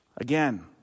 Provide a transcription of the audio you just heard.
Again